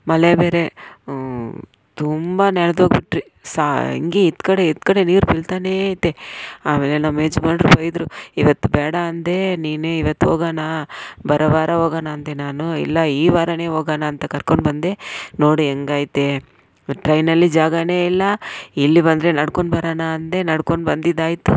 ಮಳೆ ಬೇರೆ ಹ್ಞೂ ತುಂಬ ನೆನೆದೋಗ್ಬಿಟ್ರಿ ಸಾ ಹಿಂಗೆ ಇದು ಕಡೆ ಎದ್ ಕಡೆ ನೀರು ಬೀಳ್ತನೇ ಐತೆ ಆಮೇಲೆ ನಮ್ಮ ಯಜಮಾನ್ರು ಬೈದರು ಇವತ್ತು ಬೇಡ ಅಂದೆ ನೀನೇ ಇವತ್ತು ಹೋಗೋಣ ಬರೋ ವಾರ ಹೋಗೋಣ ಅಂದೆ ನಾನು ಇಲ್ಲ ಈ ವಾರನೇ ಹೋಗೋಣ ಅಂತ ಕರ್ಕೊಂಡ್ಬಂದೆ ನೋಡು ಹೆಂಗೈತೆ ಟ್ರೈನಲ್ಲಿ ಜಾಗವೇ ಇಲ್ಲ ಇಲ್ಲಿ ಬಂದರೆ ನಡ್ಕೊಂಡು ಬರೋಣ ಅಂದೆ ನಡ್ಕೊಂಡ್ಬಂದಿದ್ದಾಯ್ತು